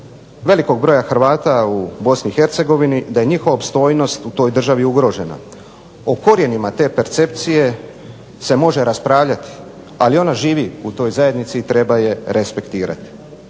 velikog broja Hrvata u BiH da je njihova opstojnost u toj državi ugrožena. O korijenima te percepcije se može raspravljati, ali ona živi u toj zajednici i treba je respektirati.